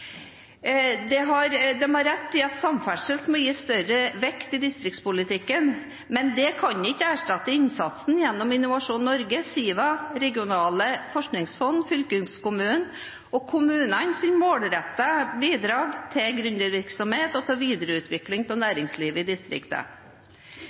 har rett i at samferdsel må gis større vekt i distriktspolitikken, men det kan ikke erstatte innsatsen gjennom Innovasjon Norge, Siva, regionale forskningsfond, fylkeskommunene og kommunenes målrettede bidrag til gründervirksomhet og videreutvikling av